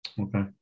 Okay